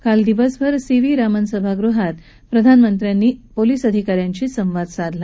काल दिवसभर C V Raman सभागृहात प्रधानमंत्र्यांनी पोलीस अधिका याशी संवाद साधला